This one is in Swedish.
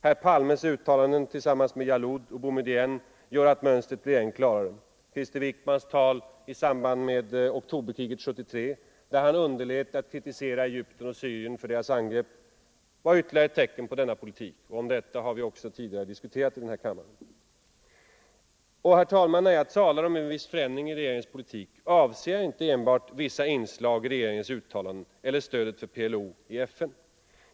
Herr Palmes uttalanden tillsammans med Jalloud och Boumédienne gör att mönstret blir klarare. Krister Wick mans tal i samband med oktoberkriget 1973, när han underlät att kritisera — Nr 127 Egypten och Syrien för deras angrepp var ytterligare ett tecken på denna Fredagen den nya politik. Om den saken har vi också tidigare diskuterat här i kam 22 november 1974 maren. Herr talman! När jag talar om en viss förändring i regeringens politik Ang. läget i avser jag inte enbart vissa inslag i regeringens uttalanden eller stödet — Mellersta Östern, för PLO i FN.